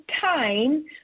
time